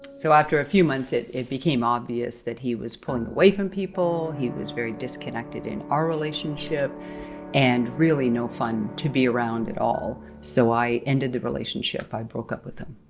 so, after a few months it it became obvious that he was pulling away from people. he was very disconnected in our relationship and really no fun to be around at all, so i ended the relationship. i broke up with him.